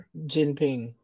Jinping